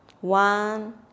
one